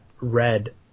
red